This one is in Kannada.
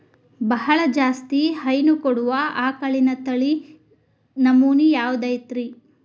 ಬಹಳ ಜಾಸ್ತಿ ಹೈನು ಕೊಡುವ ಆಕಳಿನ ತಳಿ ನಮೂನೆ ಯಾವ್ದ ಐತ್ರಿ?